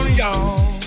y'all